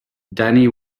danny